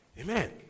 Amen